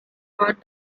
hot